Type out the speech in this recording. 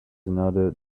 another